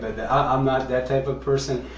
but i'm not that type of person.